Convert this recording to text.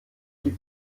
gibt